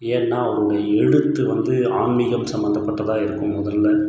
ஏன்னால் அவருடைய எழுத்து வந்து ஆன்மிகம் சம்பந்தப்பட்டதா இருக்கும் முதலில்